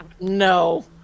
No